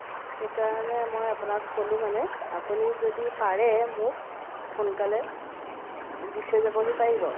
সেইকাৰণে মই আপোনাক ক'লোঁ মানে আপুনি যদি পাৰে মোক সোনকালে দি থৈ যাবহি পাৰিব